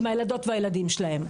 עם הילדות והילדים שלהן.